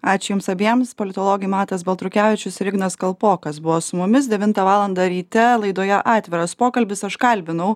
ačiū jums abiems politologai matas baltrukevičius ir ignas kalpokas buvo su mumis devintą valandą ryte laidoje atviras pokalbis aš kalbinau